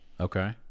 Okay